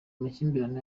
makimbirane